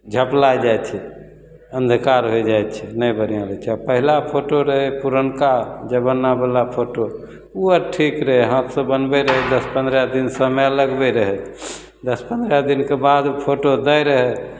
झपलै जाइ छै अन्धकार हो जाइ छै नहि बढ़िआँ रहै छै आओर पहिला फोटो रहै पुरनका जमानावला फोटो ओ आओर ठीक रहै हाथसे बनबै रहै दस पनरह दिन समय लगबै रहै दस पनरह दिनके बाद ओ फोटो दै रहै